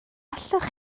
allech